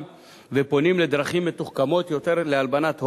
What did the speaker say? ופונים לדרכים מתוחכמות יותר להלבנת הון,